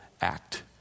act